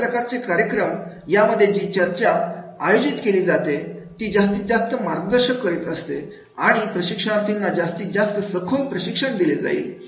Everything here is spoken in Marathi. अशा प्रकारचे कार्यक्रम यामध्ये जी सत्रे आयोजित केली जातात ती जास्तीत जास्त मार्गदर्शन करत असतात आणि प्रशिक्षणार्थींना जास्तीत जास्त व सखोल प्रशिक्षण दिले जाईल